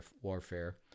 warfare